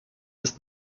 ist